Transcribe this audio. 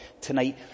tonight